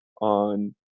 on